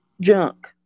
junk